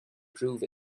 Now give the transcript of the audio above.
prove